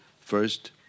First